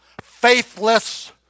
faithless